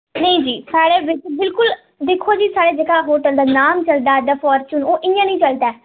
नेईं जी साढ़े बिलकुल दिक्खो जी साढ़े होटल दा नांऽ चल दा इन्ना बड्डा फॉर्चून ओह् इंया निं चलदा